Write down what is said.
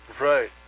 Right